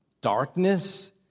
darkness